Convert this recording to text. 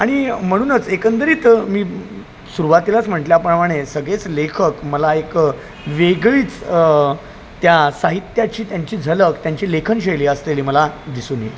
आणि म्हणूनच एकंदरीत मी सुरुवातीलाच म्हटल्याप्रमाणे सगळेच लेखक मला एक वेगळीच त्या साहित्याची त्यांची झलक त्यांची लेखनशैली असलेली मला दिसून ये